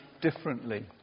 differently